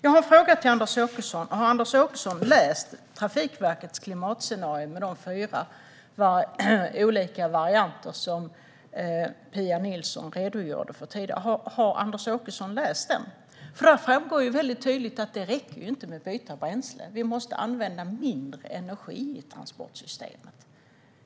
Jag har en fråga: Har Anders Åkesson läst Trafikverkets klimatscenario med de fyra olika varianter som Pia Nilsson redogjorde för tidigare? Där framgår tydligt att det inte räcker att byta bränsle utan att vi måste använda mindre energi i transportsystemet.